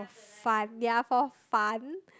fun they're for fun